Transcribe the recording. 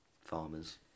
farmers